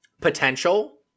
potential